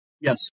Yes